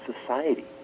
society